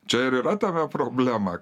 čia ir yra tame problema